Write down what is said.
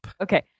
Okay